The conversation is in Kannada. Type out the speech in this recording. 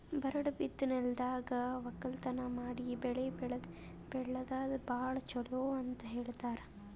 ಬರಡ್ ಬಿದ್ದ ನೆಲ್ದಾಗ ವಕ್ಕಲತನ್ ಮಾಡಿ ಬೆಳಿ ಬೆಳ್ಯಾದು ಭಾಳ್ ಚೊಲೋ ಅಂತ ಹೇಳ್ತಾರ್